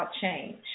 change